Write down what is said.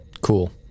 cool